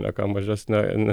ne ką mažesniąja